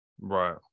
Right